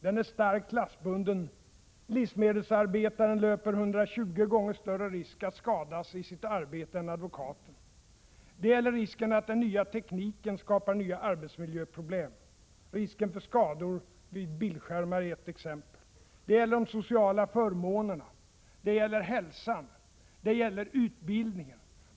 Den är starkt klassbunden: Livsmedelsarbetaren löper 120 gånger större risk att skadas i sitt arbete än advokaten. e Det gäller risken att den nya tekniken skapar nya arbetsmiljöproblem; risken för skador vid bildskärmar är ett exempel. e Det gäller de sociala förmånerna. e Det gäller hälsan. e Det gäller utbildningen.